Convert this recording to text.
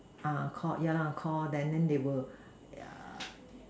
uh Call yeah lah Call and then they will yeah